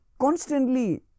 constantly